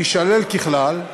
תישלל ככלל,